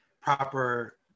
proper